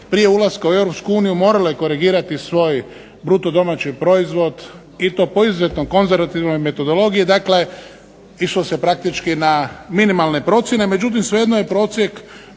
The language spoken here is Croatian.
uniju morale korigirati svoj bruto domaći proizvod i to po izuzetno konzervativnoj metodologiji, dakle išlo se praktički na minimalne procjene, međutim svejedno je prosjek